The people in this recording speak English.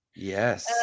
Yes